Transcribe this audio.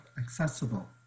accessible